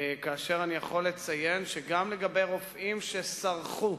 אני יכול לציין שגם לגבי רופאים שסרחו,